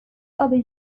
other